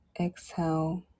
exhale